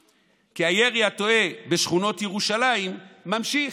כי הירי התועה בשכונות ירושלים נמשך.